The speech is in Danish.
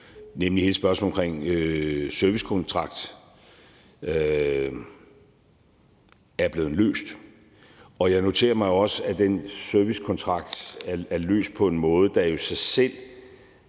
nemlig hele spørgsmålet om servicekontrakten, er blevet løst. Jeg noterer mig også, at spørgsmålet om den servicekontrakt er løst på en måde, der jo i sig selv,